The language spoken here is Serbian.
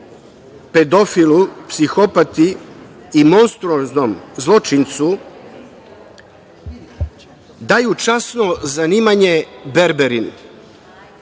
pedofilu, psihopati i monstruoznom zločincu daju časno zanimanje berberin.O